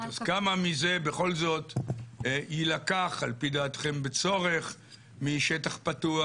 אז כמה מזה בכל זאת יילקח על פי דעתכם בצורך משטח פתוח,